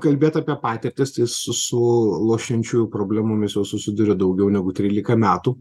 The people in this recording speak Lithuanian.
kalbėt apie patirtis tai su lošiančių problemomis jau susiduriu daugiau negu trylika metų